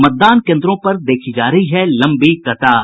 मतदान केन्द्रों पर देखी जा रही है लंबी कतार